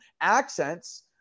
accents